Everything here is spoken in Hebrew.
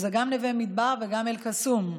גם נווה מדבר וגם אל-קסום,